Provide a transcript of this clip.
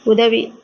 உதவி